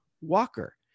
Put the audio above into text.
Walker